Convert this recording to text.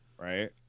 right